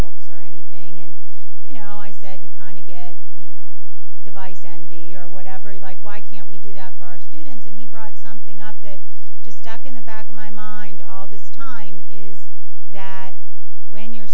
or anything and you know i said you kind of get you know device and be or whatever you like why can't we do that for our students and he brought something up that just stuck in the back of my mind all this time is that when your